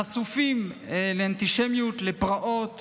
הם חשופים לאנטישמיות, לפרעות